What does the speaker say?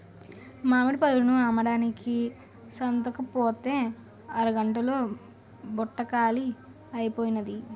మామిడి పళ్ళను అమ్మడానికి సంతకుపోతే అరగంట్లో బుట్ట కాలీ అయిపోనాది